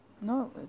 No